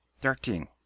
thirteen